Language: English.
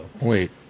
Wait